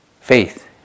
faith